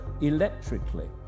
electrically